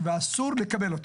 ואסור לקבל אותו.